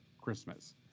Christmas